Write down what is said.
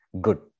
Good